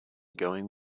going